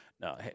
no